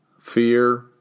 Fear